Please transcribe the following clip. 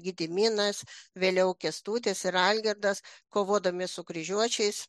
gediminas vėliau kęstutis ir algirdas kovodami su kryžiuočiais